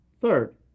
Third